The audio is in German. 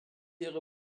ihre